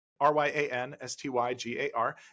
R-Y-A-N-S-T-Y-G-A-R